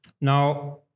Now